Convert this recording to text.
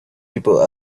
people